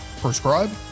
Prescribe